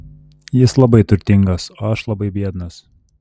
jis labai turtingas o aš labai biednas